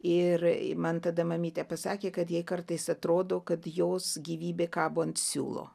ir man tada mamytė pasakė kad jai kartais atrodo kad jos gyvybė kabo ant siūlo